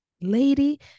lady